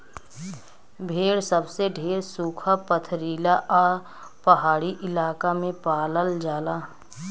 भेड़ सबसे ढेर सुखा, पथरीला आ पहाड़ी इलाका में पालल जाला